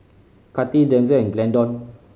Kati Denzel and Glendon